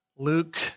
Luke